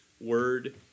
word